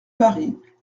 paris